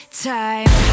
time